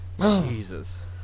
Jesus